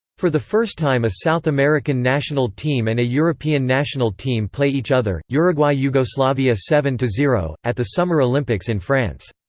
for the first time a south american national team and a european national team play each other uruguay-yugoslavia seven zero, at the summer olympics in france.